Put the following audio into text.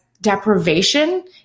deprivation